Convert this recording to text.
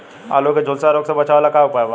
आलू के झुलसा रोग से बचाव ला का उपाय बा?